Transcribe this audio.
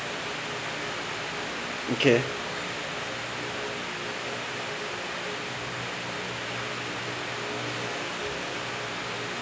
okay